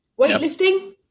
weightlifting